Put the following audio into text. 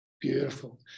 beautiful